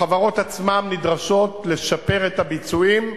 החברות עצמן נדרשות לשפר את הביצועים,